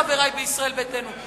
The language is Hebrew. חברי בישראל ביתנו,